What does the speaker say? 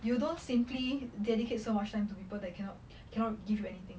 you don't simply dedicate so much time to people that cannot cannot give you anything